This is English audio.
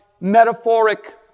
metaphoric